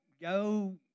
Go